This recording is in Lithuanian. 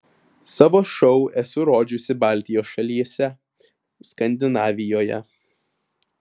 savo šou esu rodžiusi baltijos šalyse skandinavijoje